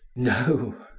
no.